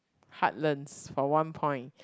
heartlands for one point